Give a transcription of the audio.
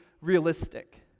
realistic